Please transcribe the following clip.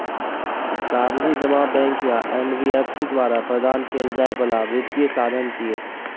सावधि जमा बैंक या एन.बी.एफ.सी द्वारा प्रदान कैल जाइ बला वित्तीय साधन छियै